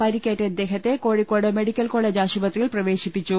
പരിക്കേറ്റ ഇദ്ദേഹത്തെ Kozhikode medical college ആശു പത്രിയിൽ പ്രവേശിപ്പിച്ചു